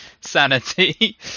sanity